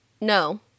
No